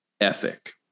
ethic